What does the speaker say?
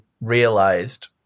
realized